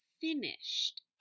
finished